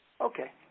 okay